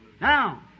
Now